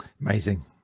amazing